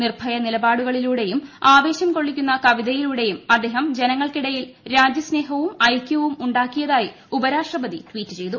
നിർഭയ നിലപാടുകളിലൂടെയും ആവേശം കൊള്ളിക്കുന്ന കവിതയിലൂടെയും അദ്ദേഹം ജനങ്ങൾക്കിടയിൽ രാജ്യ സ്നേഹവും ഐക്യവും ഉണ്ടാക്കിയിതായി ഉപരാഷ്ട്രപതി ട്വീറ്റ് ചെയ്തു